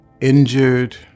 injured